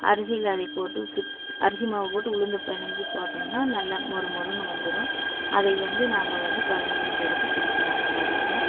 அரிசியில் அதை போட்டு சுட் அரிசி மாவு போட்டு உளுந்து பினைஞ்சி போட்டோம்னால் நல்லா மொறுமொறுன்னு வந்துடும் அதைவந்து நாம் வந்து குழந்தைங்களுக்கு எடுத்துக் கொடுக்குலாம் நல்லா இருக்கும்